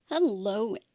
Hello